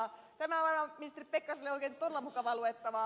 tämä on ministeri pekkariselle oikein todella mukavaa luettavaa